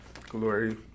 glory